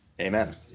Amen